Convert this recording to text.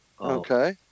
Okay